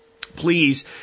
Please